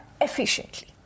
Efficiently